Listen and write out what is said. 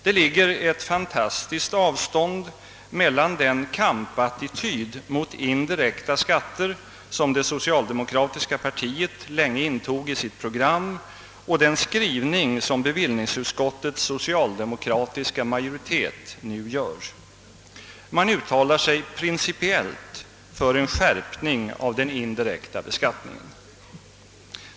Det ligger ett fantastiskt avstånd mellan den kampattityd mot indirekta: skatter, som det socialdemokratiska partiet länge intog i sitt program, och den skrivning som bevill ningsutskottets socialdemokratiska majoritet nu gör. Man uttalar sig principiellt för en skärpning av den indirekta beskattningen.